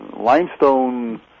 Limestone